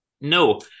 No